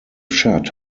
shot